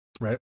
right